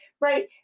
right